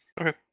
Okay